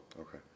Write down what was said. Okay